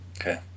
Okay